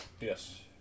Yes